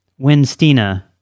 Winstina